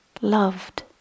loved